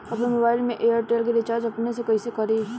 आपन मोबाइल में एयरटेल के रिचार्ज अपने से कइसे करि?